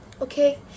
Okay